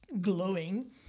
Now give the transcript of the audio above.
glowing